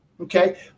Okay